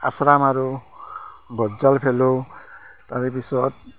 আচৰা মাৰোঁ বৰজাল ফেলোঁ তাৰেপিছত